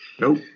Nope